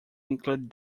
include